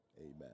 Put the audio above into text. Amen